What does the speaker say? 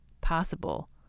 possible